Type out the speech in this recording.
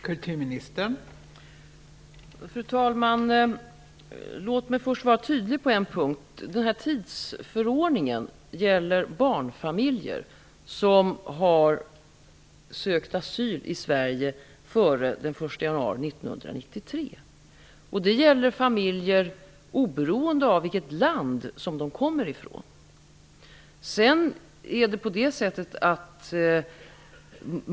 Fru talman! Låt mig först förtydliga mig på en punkt: tidsförordningen gäller barnfamiljer som har sökt asyl i Sverige före den 1 januari 1993. Den gäller oberoende av vilket land familjerna kommer ifrån.